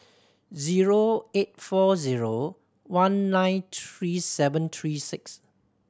zero eight four zero one nine three seven three six